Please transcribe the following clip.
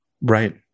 Right